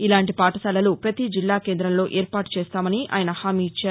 ఇలాంటి పాఠశాలలు ప్రతి జిల్లా కేందంలో ఏర్పాటు చేస్తామని ఆయన హామీ ఇచ్చారు